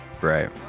Right